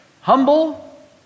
Humble